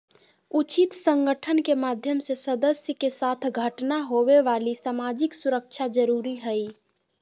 उचित संगठन के माध्यम से सदस्य के साथ घटना होवे वाली सामाजिक सुरक्षा जरुरी हइ